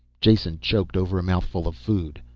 jason choked over a mouthful of food.